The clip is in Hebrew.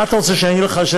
מה אתה רוצה, שאני אגיד לך שזה